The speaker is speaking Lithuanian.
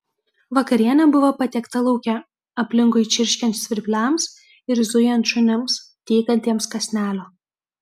vakarienė buvo patiekta lauke aplinkui čirškiant svirpliams ir zujant šunims tykantiems kąsnelio